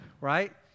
right